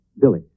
Billy